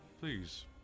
please